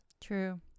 True